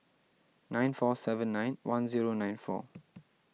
nine four seven nine one zero nine four